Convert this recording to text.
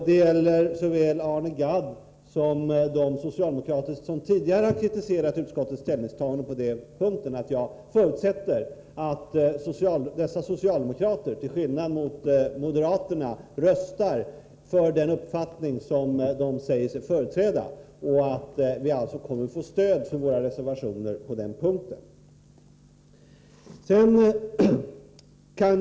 Jag förutsätter att Arne Gadd och de övriga socialdemokrater som tidigare har kritiserat utskottets ställningstagande på denna punkt till skillnad från moderaterna röstar för den uppfattning som de säger sig företräda, så att vi kommer att få stöd för våra reservationer på den här punkten. Herr talman!